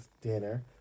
dinner